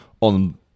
on